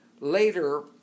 later